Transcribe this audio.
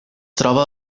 troba